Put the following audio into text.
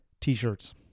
T-shirts